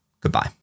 Goodbye